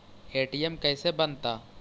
ATM कैसे बनता?